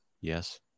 Yes